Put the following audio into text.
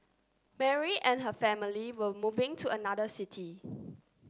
Mary and her family were moving to another city